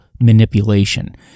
manipulation